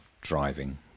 driving